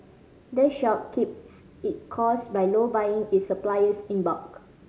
the shop keeps it cost by low buying its supplies in bulk